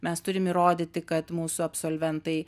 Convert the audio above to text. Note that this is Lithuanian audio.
mes turim įrodyti kad mūsų absolventai